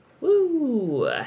woo